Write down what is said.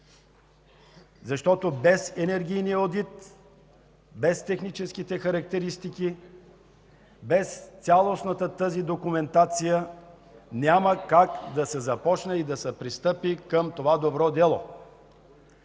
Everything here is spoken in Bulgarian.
одит. Без енергийния одит, без техническите характеристики, без цялостна такава документация няма как да се започне, да се пристъпи към това добро дело.